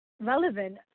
relevant